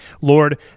Lord